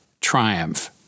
triumph